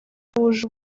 wuje